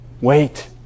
wait